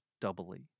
doubly